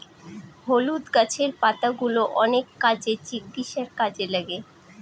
হলুদ গাছের পাতাগুলো অনেক কাজে, চিকিৎসার কাজে লাগে